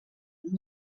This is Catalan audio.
amb